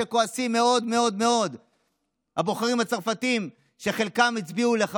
43 לחוק-יסוד: הכנסת, במקום מי?